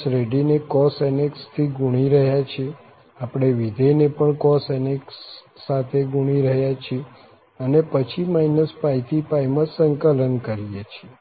આપણે શ્રેઢીને cos nx થી ગુણી રહ્યા છીએ આપણે વિધેય ને પણ cos nx સાથે ગુણી રહ્યા છીએ અને પછી -π થી માં સંકલન કરીએ છીએ